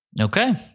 okay